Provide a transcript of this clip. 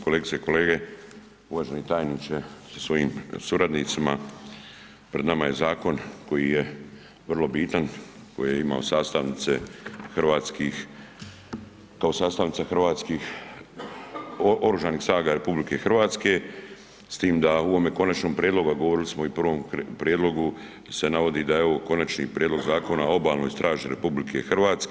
Kolegice i kolege, uvaženi tajniče sa svojim suradnicima pred nama je zakon koji je vrlo bitan, koji je imao sastavnice hrvatskih, kao sastavnica hrvatskih Oružanih snaga RH, s tim da u ovom konačnom prijedlogu, a govorili smo i u prvom prijedlogu se navodi da je ovo Konačni prijedlog Zakona o Obalnoj straži RH.